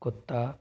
कुत्ता